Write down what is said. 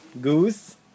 Goose